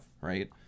Right